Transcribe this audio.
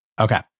Okay